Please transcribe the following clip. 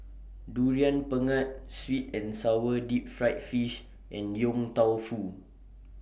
Durian Pengat Sweet and Sour Deep Fried Fish and Yong Tau Foo